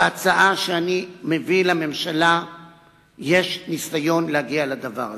בהצעה שאני מביא לממשלה יש ניסיון להגיע לדבר הזה.